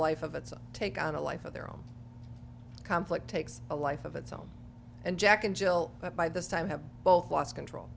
life of its own take on a life of their own conflict takes a life of its own and jack and jill by this time have both lost control